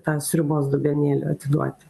tą sriubos dubenėlį atiduoti